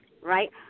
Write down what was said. right